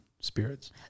spirits